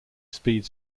speed